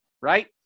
right